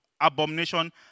abomination